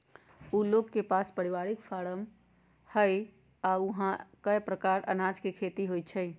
उ लोग के पास परिवारिक फारम हई आ ऊहा कए परकार अनाज के खेती होई छई